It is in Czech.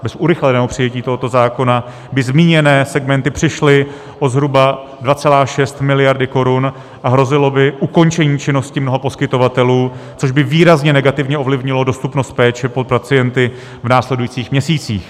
Bez urychleného přijetí tohoto zákona by zmíněné segmenty přišly o zhruba 2,6 mld. korun a hrozilo by ukončení činnosti mnoha poskytovatelů, což by výrazně negativně ovlivnilo dostupnost péče pro pacienty v následujících měsících.